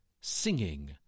singing